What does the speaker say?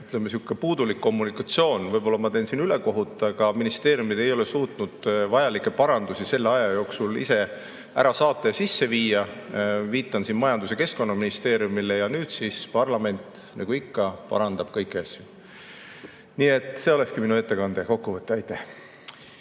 ütleme, sihuke puudulik kommunikatsioon. Võib‑olla ma teen siin ülekohut, aga ministeeriumid ei ole suutnud vajalikke parandusi selle aja jooksul ise ära saata ja sisse viia. Viitan siin Majandus- ja Keskkonnaministeeriumile. Ja nüüd siis parlament nagu ikka parandab kõiki asju. Nii et see olekski minu ettekande kokkuvõte. Aitäh!